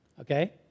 Okay